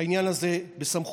שהעניין הזה בסמכותו,